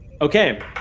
Okay